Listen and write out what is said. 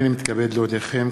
הנני מתכבד להודיעכם,